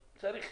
צריך,